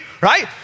Right